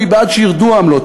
ואני בעד שירדו העמלות.